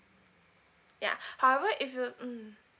yeah however if you hmm